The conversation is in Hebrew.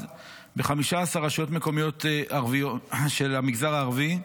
ב-15 רשויות מקומיות של המגזר הערבי.